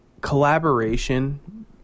collaboration